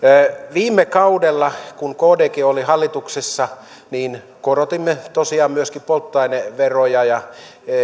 viime kaudella kun kdkin oli hallituksessa korotimme tosiaan myöskin polttoaineveroja ja